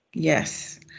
Yes